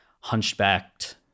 hunchbacked